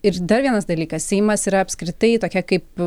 ir dar vienas dalykas seimas yra apskritai tokia kaip